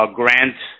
grant